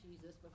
Jesus